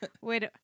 wait